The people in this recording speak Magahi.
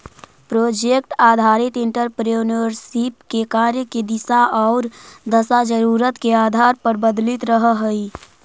प्रोजेक्ट आधारित एंटरप्रेन्योरशिप के कार्य के दिशा औउर दशा जरूरत के आधार पर बदलित रहऽ हई